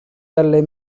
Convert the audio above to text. dal